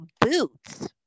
boots